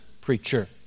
preacher